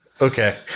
Okay